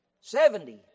Seventy